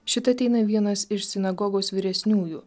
šit ateina vienas iš sinagogos vyresniųjų